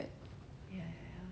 mm korea 也是